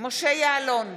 משה יעלון,